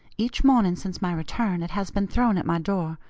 each morning since my return it has been thrown at my door,